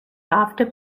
after